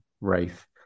Rafe